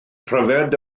pryfed